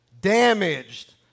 damaged